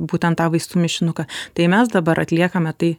būtent tą vaistų mišinuką tai mes dabar atliekame tai